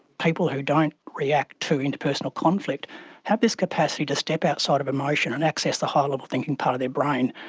people who don't react to interpersonal conflict have this capacity to step outside of emotion and access the higher-level thinking part of their brain,